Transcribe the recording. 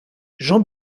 jean